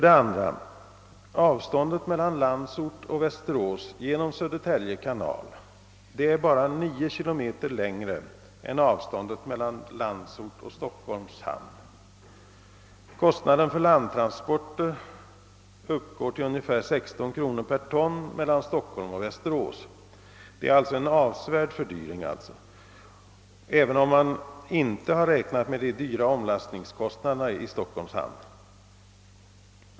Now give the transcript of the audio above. Avståndet mellan Landsort och Västerås genom Södertälje kanal är endast 9 km längre än avståndet mellan Landsort och Stockholms hamn. Kostnaden för landtransporter uppgår till ungefär 16 kronor per ton mellan Stockholm och Västerås. Det är alltså en avsevärd fördyring, även om man inte har räknat med de dyra omlastningskostnaderna i Stockholms hamn.